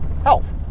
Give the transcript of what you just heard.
health